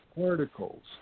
particles